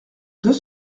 deux